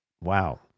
Wow